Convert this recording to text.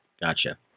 Gotcha